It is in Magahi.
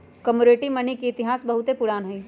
कमोडिटी मनी के इतिहास बहुते पुरान हइ